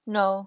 no